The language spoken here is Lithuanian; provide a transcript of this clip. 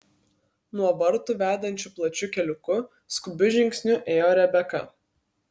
nuo vartų vedančiu plačiu keliuku skubiu žingsniu ėjo rebeka